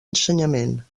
ensenyament